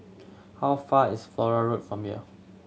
how far is Flora Road from here